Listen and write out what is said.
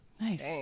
nice